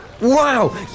Wow